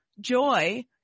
joy